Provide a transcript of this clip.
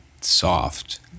soft